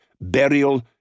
burial